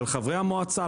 על חברי המועצה,